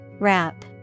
Wrap